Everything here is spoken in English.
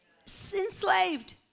Enslaved